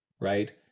right